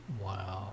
Wow